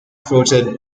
throated